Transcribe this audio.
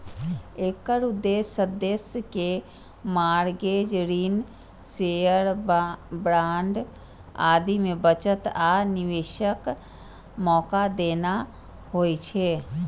एकर उद्देश्य सदस्य कें मार्गेज, ऋण, शेयर, बांड आदि मे बचत आ निवेशक मौका देना होइ छै